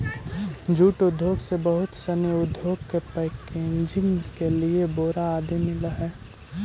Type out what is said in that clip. jute उद्योग से बहुत सनी उद्योग के पैकेजिंग के लिए बोरा आदि मिलऽ हइ